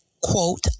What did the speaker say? quote